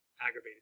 aggravated